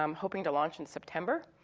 um hoping to launch in september.